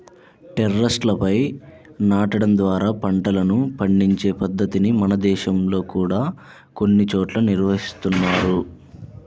టెర్రస్లపై నాటడం ద్వారా పంటలను పండించే పద్ధతిని మన దేశంలో కూడా కొన్ని చోట్ల నిర్వహిస్తున్నారు